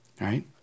right